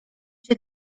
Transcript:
cię